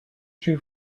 true